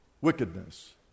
wickedness